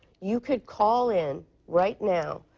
you could call in right now,